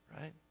right